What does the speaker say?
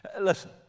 Listen